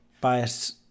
bias